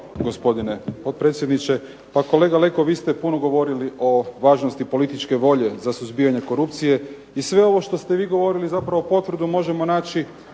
Gospodine potpredsjedniče. Pa kolega Leko vi ste puno govorili o važnosti političke volje za suzbijanje korupcije, i sve ovo što ste vi govorili zapravo potvrdu možemo naći